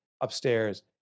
upstairs